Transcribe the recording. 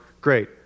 great